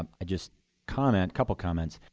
um i just comment, couple of comments.